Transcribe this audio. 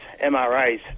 MRIs